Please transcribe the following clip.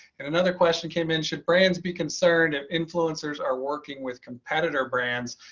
and another question came in should brands be concerned influencers are working with competitor brands.